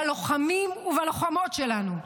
בלוחמים ובלוחמות שלנו,